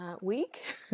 week